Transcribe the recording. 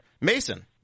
Mason